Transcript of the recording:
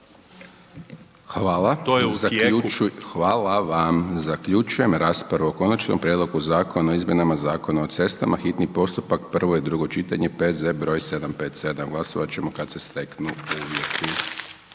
/... Hvala vam. Zaključujem raspravu o Konačnom prijedlogu zakona o izmjenama Zakona o cestama, hitni postupak, prvo i drugo čitanje, P.Z. br. 757. Glasovat ćemo kad se steknu uvjeti.